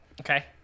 Okay